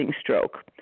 stroke